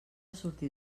sortir